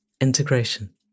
Integration